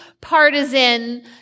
partisan